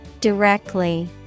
Directly